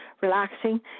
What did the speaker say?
relaxing